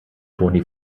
toni